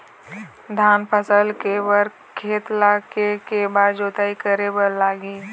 धान फसल के बर खेत ला के के बार जोताई करे बर लगही?